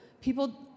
People